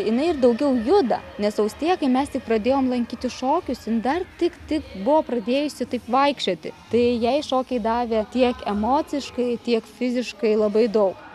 jinai ir daugiau juda nes austėja kai mes tik pradėjom lankyti šokius jin dar tik tik buvo pradėjusi taip vaikščioti tai jai šokiai davė tiek emociškai tiek fiziškai labai daug